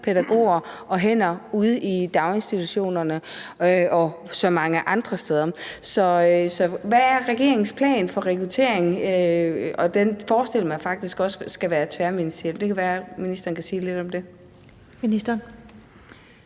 pædagoger og hænder ude i daginstitutionerne og så mange andre steder. Så hvad er regeringens plan for rekruttering? Og den forestiller jeg mig faktisk også skal være tværministeriel. Det kan være, ministeren kan sige lidt om det.